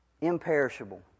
imperishable